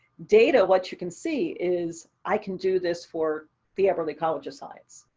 data, what you can see, is i can do this for the eberly college of science.